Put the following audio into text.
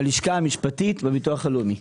בלשכה המשפטית בביטוח הלאומי.